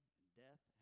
death